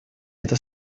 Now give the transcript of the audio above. это